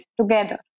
together